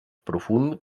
profund